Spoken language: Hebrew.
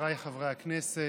חבריי חברי הכנסת,